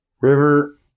River